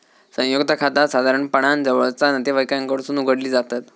संयुक्त खाता साधारणपणान जवळचा नातेवाईकांकडसून उघडली जातत